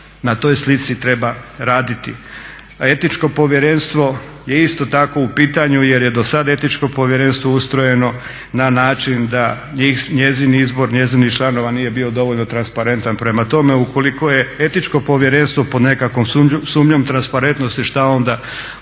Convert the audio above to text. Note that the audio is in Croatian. Na toj slici treba raditi, a Etičko povjerenstvo je isto tako u pitanju jer je do sad Etičko povjerenstvo ustrojeno na način da njezin izbor njezinih članova nije bio dovoljno transparentan. Prema tome, ukoliko je Etičko povjerenstvo pod nekakvom sumnjom transparentnosti šta onda očekujemo